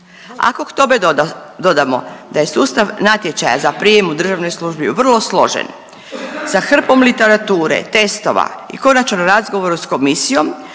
Ako k tome dodamo da je sustav natječaja za prijem u državnu službu vrlo složen sa hrpom literature, testova i konačno razgovora s komisijom